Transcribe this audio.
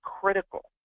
critical